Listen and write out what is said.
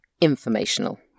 informational